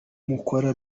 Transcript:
mukora